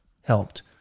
helped